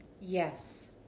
Yes